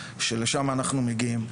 שלשם אנחנו מגיעים.